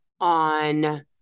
on